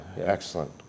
Excellent